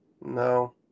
No